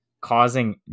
causing